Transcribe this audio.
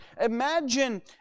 Imagine